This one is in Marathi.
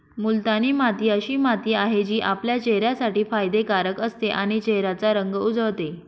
मुलतानी माती अशी माती आहे, जी आपल्या चेहऱ्यासाठी फायदे कारक असते आणि चेहऱ्याचा रंग उजळते